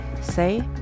say